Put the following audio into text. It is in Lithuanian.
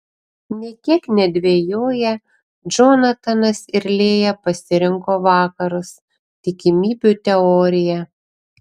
nė kiek nedvejoję džonatanas ir lėja pasirinko vakarus tikimybių teoriją